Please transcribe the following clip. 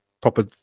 proper